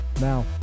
now